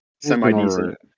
semi-decent